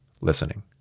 listening